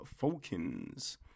Falkins